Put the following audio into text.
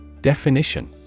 Definition